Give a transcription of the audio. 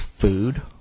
food